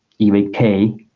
eva cake